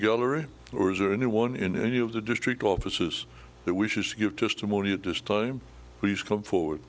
gallery or his or anyone in any of the district offices that we should give testimony at this time please come forward